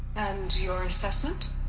and your assessment?